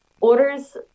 orders